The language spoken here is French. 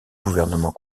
gouvernement